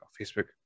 Facebook